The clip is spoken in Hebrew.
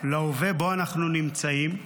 להווה שבו אנו נמצאים.